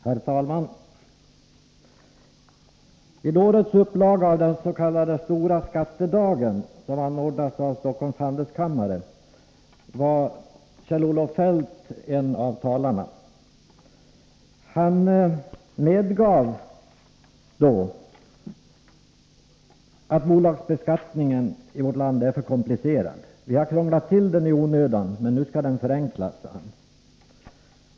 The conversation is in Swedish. Herr talman! Vid årets upplaga av den s.k. stora skattedagen, som anordnas av Stockholms handelskammare, var Kjell-Olof Feldt en av talarna. Han medgav då att bolagsbeskattningen i vårt land är för komplicerad. Vi har krånglat till den i onödan, men nu skall den förenklas, sade han.